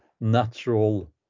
natural